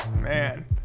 Man